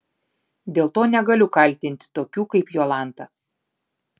dėl to negaliu kaltinti tokių kaip jolanta